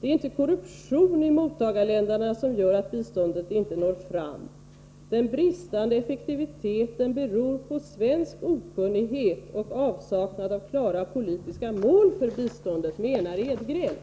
”Det är inte korruption i mottagarländerna som gör att biståndet inte når fram. Den bristande effektiviteten beror på svensk okunnighet och avsaknad av klara politiska mål för biståndet”, menar Edgren.